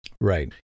Right